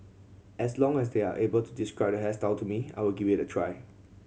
as long as they are able to describe the hairstyle to me I will give it a try